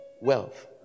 wealth